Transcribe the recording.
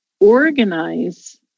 organize